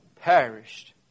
perished